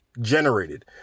generated